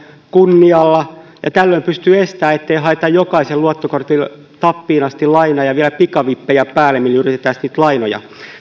kunnialla ja tällöin pystyy estämään ettei haeta jokaisella luottokortilla tappiin asti lainaa ja vielä pikavippejä päälle millä yritetään sitten niitä lainoja